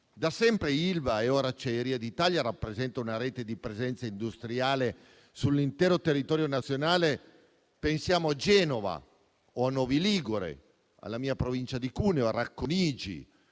Da sempre Ilva, ora Acciaierie d'Italia, rappresenta una rete di presenza industriale sull'intero territorio nazionale: pensiamo a Genova o a Novi Ligure, alla mia provincia di Cuneo, a Racconigi,